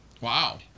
Wow